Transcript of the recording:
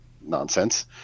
nonsense